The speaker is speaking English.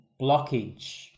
blockage